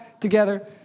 together